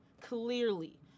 Clearly